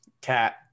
cat